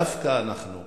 דווקא אנחנו,